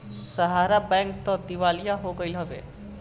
सहारा bank तअ दिवालिया हो गईल हवे